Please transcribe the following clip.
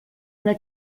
una